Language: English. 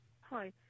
Hi